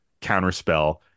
counterspell